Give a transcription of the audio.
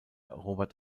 robert